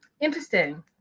interesting